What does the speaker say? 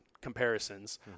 comparisons